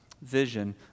vision